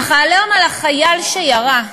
אך ה"עליהום" על החייל שירה,